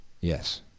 Yes